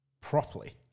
properly